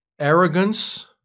arrogance